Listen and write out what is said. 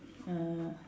uh